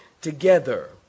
together